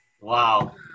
Wow